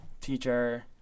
teacher